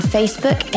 Facebook